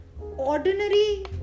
ordinary